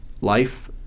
Life